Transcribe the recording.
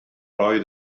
oedd